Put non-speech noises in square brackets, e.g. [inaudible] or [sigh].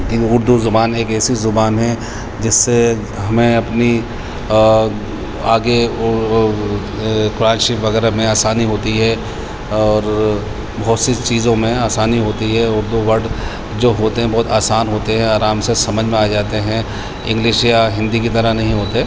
[unintelligible] اردو زبان ایک ایسی زبان ہے جس سے ہمیں اپنی آگے قرآن شریف وغیرہ میں آسانی ہوتی ہے اور بہت سی چیزوں میں آسانی ہوتی ہے اردو وڈ جو ہوتے ہیں بہت آسان ہوتے ہیں آرام سے سمجھ میں آ جاتے ہیں انگلش یا ہندی کی طرح نہیں ہوتے